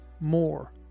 more